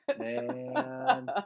Man